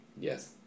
Yes